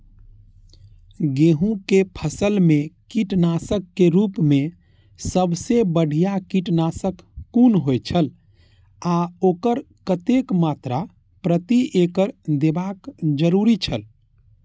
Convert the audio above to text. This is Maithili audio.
गेहूं के फसल मेय कीटनाशक के रुप मेय सबसे बढ़िया कीटनाशक कुन होए छल आ ओकर कतेक मात्रा प्रति एकड़ देबाक जरुरी छल?